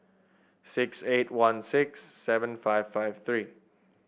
six eight one six seven five five three